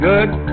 Good